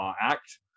Act